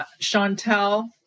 Chantel